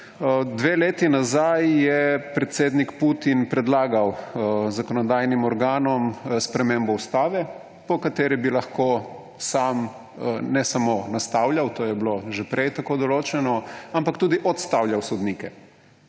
Dve leti nazaj je predsednik Putin predlagal zakonodajnim organom spremembo ustave, po kateri bi lahko sam ne samo nastavljal, to je bilo že prej tako določeno, ampak tudi odstavljal sodnike.